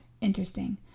interesting